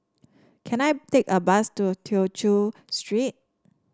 can I take a bus to Tew Chew Street